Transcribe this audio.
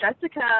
Jessica